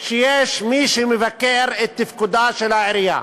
שיש מי שמבקר את תפקודה של העירייה.